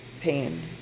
pain